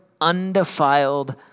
undefiled